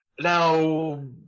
now